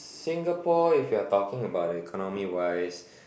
Singapore if you are talking about the economy wise